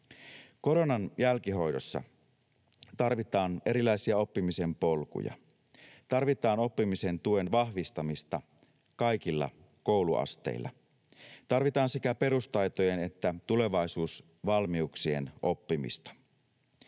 Koronan jälkihoidossa tarvitaan erilaisia oppimisen polkuja, tarvitaan oppimisen tuen vahvistamista kaikilla kouluasteilla. Tarvitaan sekä perustaitojen että tulevaisuusvalmiuksien oppimista.